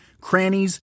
crannies